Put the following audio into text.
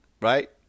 Right